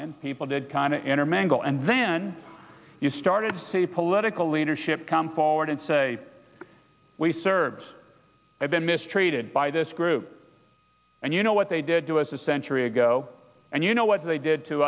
and people did kind of intermingle and then you started say political leadership come forward and say we serves i've been mistreated by this group and you know what they did to us a century ago and you know what they did to